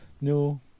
no